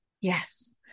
Yes